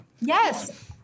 Yes